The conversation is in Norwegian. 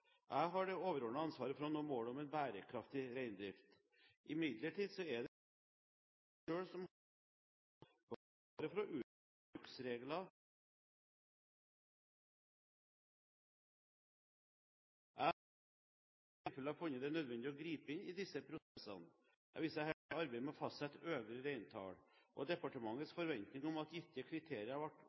Jeg har det overordnede ansvaret for å nå målet om en bærekraftig reindrift. Imidlertid er det slik at det er reindriften selv som har førstehåndsansvaret for å utarbeide bruksregler som sikrer økologisk bærekraftig beitebruk og reintall. Jeg har i flere tilfeller funnet det nødvendig å gripe inn i disse prosessene. Jeg viser her til arbeidet med å fastsette